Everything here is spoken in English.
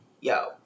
Yo